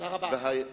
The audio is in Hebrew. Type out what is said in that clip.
תודה רבה.